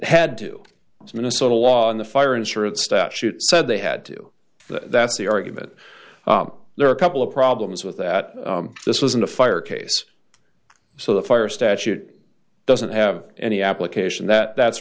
had to minnesota law on the fire insurance statute said they had to that's the argument there are a couple of problems with that this isn't a fire case so the fire statute doesn't have any application that that's